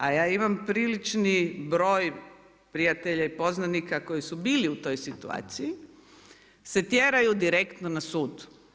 A ja imam priličan broj prijatelja i poznanika koji su bili u toj situaciji, se tjeraju direktno na sud.